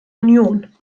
union